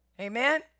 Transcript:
Amen